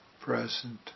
present